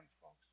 folks